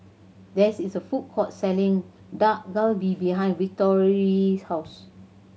there is a food court selling Dak Galbi behind Victory's house